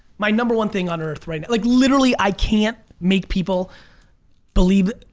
my number one thing on earth right now, like literally i can't make people believe it.